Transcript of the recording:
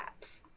apps